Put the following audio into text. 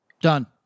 Done